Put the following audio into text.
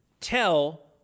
tell